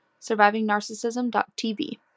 survivingnarcissism.tv